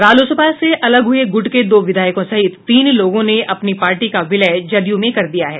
रालोसपा से अलग हुए गुट के दो विधायकों सहित तीन लोगों ने अपनी पार्टी का विलय जदयू मे कर दिया है